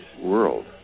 world